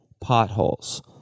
potholes